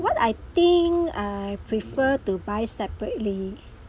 what I think I prefer to buy separately